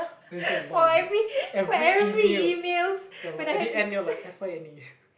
what you say a lot of email every email there was like I did add mail like F_Y_N_A